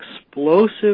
explosive